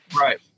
Right